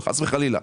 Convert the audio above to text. חס וחלילה.